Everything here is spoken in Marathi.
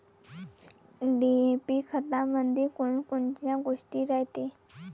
डी.ए.पी खतामंदी कोनकोनच्या गोष्टी रायते?